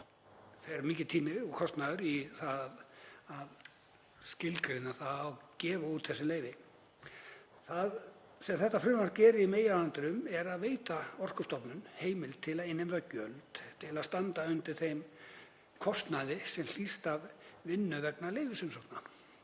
það fer mikill tími og kostnaður í að skilgreina og gefa út þessi leyfi. Það sem þetta frumvarp gerir í meginatriðum er að veita Orkustofnun heimild til að innheimta gjöld til að standa undir þeim kostnaði sem hlýst af vinnu vegna leyfisumsókna,